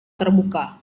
terbuka